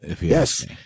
yes